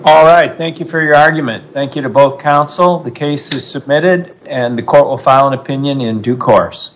all right thank you for your argument thank you to both counsel the cases submitted and the court file an opinion in due course